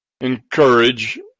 encourage